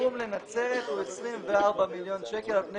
הסכום לנצרת הוא 24 מיליון שקלים על פני